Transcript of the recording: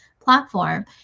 platform